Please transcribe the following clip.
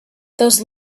those